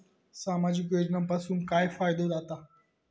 सामाजिक योजनांपासून काय फायदो जाता?